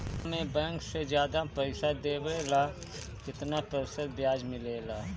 बीमा में बैंक से ज्यादा पइसा देवेला का कितना प्रतिशत ब्याज मिलेला?